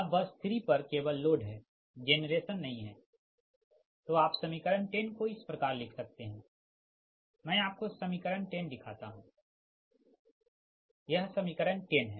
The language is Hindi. अब बस 3 पर केवल लोड है जेनरेशन नही है तो आप समीकरण 10 को इस प्रकार लिख सकते है मैं आपको समीकरण 10 दिखाता हूँ यह समीकरण 10 है